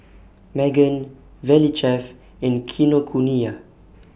Megan Valley Chef and Kinokuniya